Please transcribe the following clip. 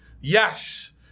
Yes